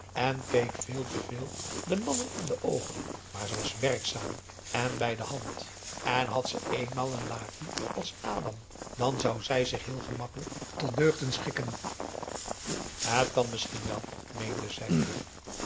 en keek veel te veel de mannen in de oogen maar ze was werkzaam en bij de hand en had ze eenmaal een aum boe akar eel laki als adam dan zou zij zich heel gemakkelijk tot deugden schikken het kan misschien wel meende zij